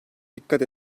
dikkat